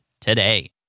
today